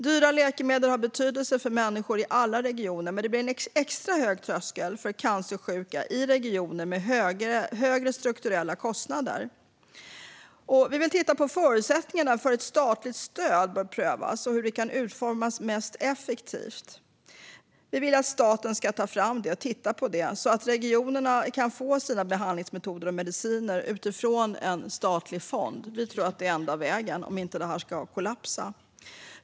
Dyra läkemedel har betydelse för människor i alla regioner. Men det blir en extra hög tröskel för cancersjuka i regioner med högre strukturella kostnader. Vi vill titta på förutsättningarna för ett statligt stöd. Det bör prövas hur det kan utformas mest effektivt. Vi vill att staten kan ta fram det så att regionerna kan få sina behandlingsmetoder och mediciner från en statlig fond. Vi tror att det är den enda vägen om det här inte ska kollapsa.